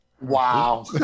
Wow